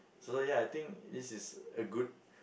so ya I think this is a good